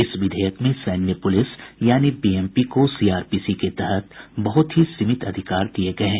इस विधेयक में सैन्य पुलिस यानी बीएमपी को सीआरपीसी के तहत बहुत ही सीमित अधिकार दिये गये हैं